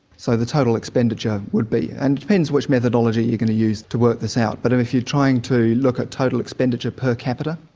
so the total expenditure would be. and it depends which methodology you're going to use to work this out, but if you're trying to look at total expenditure per capita,